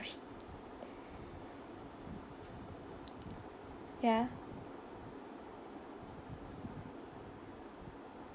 ya